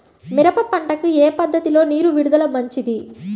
మిరప పంటకు ఏ పద్ధతిలో నీరు విడుదల మంచిది?